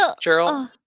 Gerald